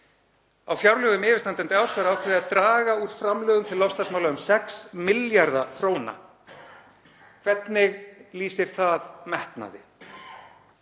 Í fjárlögum yfirstandandi árs var ákveðið að draga úr framlögum til loftslagsmála um 6 milljarða kr. Hvernig lýsir það metnaði?